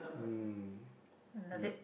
mm yup